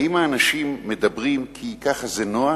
האם האנשים מדברים כי ככה זה נוח,